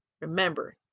remember